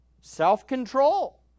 self-control